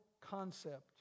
concept